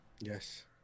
Yes